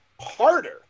harder